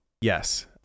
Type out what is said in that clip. Yes